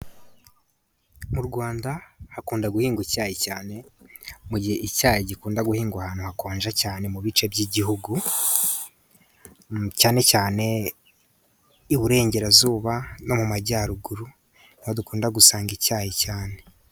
Mu rwanda hakunda guhingwa icyayi cyane. Mu gihe icyayi gikunda guhingwa ahantu hakonja cyane mu bice by'igihugu. Cyane cyane i Burengerazuba no mu Majyaruguru. Niho dukunda gusanga icyayi cyane.